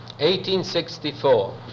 1864